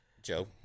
Joe